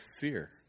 fear